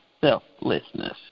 selflessness